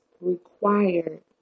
required